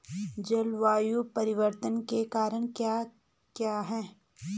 जलवायु परिवर्तन के कारण क्या क्या हैं?